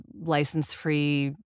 license-free